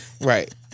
right